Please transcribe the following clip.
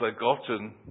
forgotten